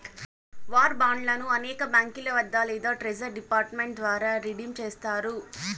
war బాండ్లను అనేక బాంకీల వద్ద లేదా ట్రెజరీ డిపార్ట్ మెంట్ ద్వారా రిడీమ్ చేస్తారు